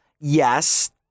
Yes